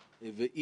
גרוסו מודו,